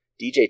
DJ